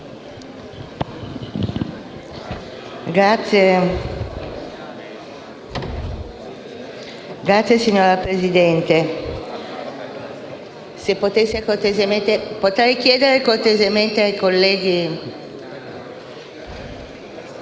*(PD)*. Signora Presidente, vorrei chiedere cortesemente ai colleghi